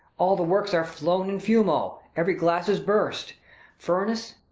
all the works are flown in fumo, every glass is burst furnace,